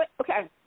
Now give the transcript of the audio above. okay